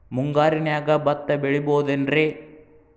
ಮುಂಗಾರಿನ್ಯಾಗ ಭತ್ತ ಬೆಳಿಬೊದೇನ್ರೇ?